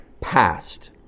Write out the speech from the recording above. past